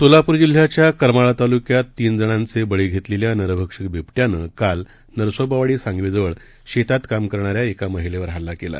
सोलापूरजिल्ह्याच्याकरमाळातालुक्याततीनजणांचेबळीघेतलेल्यानरभक्षकबिबट्यानंकालनरसोबावाडीसांगवीजवळशेतातकामक रणाऱ्याएकामहिलेवरहल्लाकेला